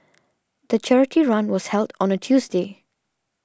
the charity run was held on a Tuesday